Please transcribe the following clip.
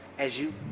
as you